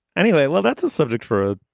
anyway, well, that's a subject for